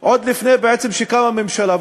שקמה ממשלה.